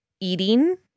eating